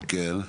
כן.